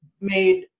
made